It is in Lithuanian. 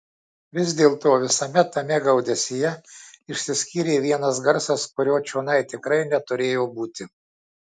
vis dėlto visame tame gaudesyje išsiskyrė vienas garsas kurio čionai tikrai neturėjo būti